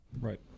Right